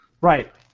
Right